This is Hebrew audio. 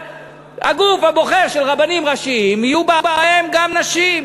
הגוף הבוחר של הרבנים הראשיים, יהיו בו גם נשים.